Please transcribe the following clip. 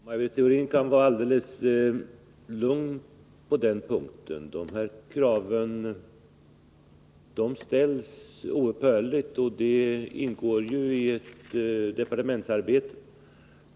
Fru talman! Maj Britt Theorin kan vara alldeles lugn på den punkten. De här kraven ställs oupphörligt, det ingår i departementsarbetet.